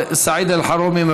חבר הכנסת סעיד אלחרומי,